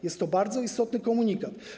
Jest to bardzo istotny komunikat.